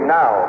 now